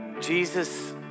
Jesus